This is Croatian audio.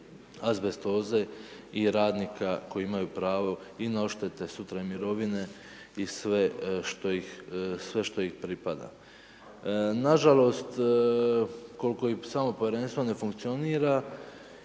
azbestoze i radnika koji imaju pravo i na odštete, sutra i mirovine i sve što ih pripada. Nažalost, koliko i samo povjerenstvo ne funkcionira